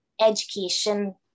education